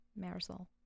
Marisol